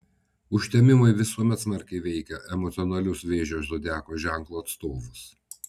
užtemimai visuomet smarkiai veikia emocionalius vėžio zodiako ženklo atstovus